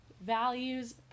values